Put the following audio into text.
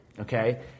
Okay